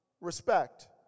respect